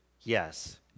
yes